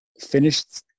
finished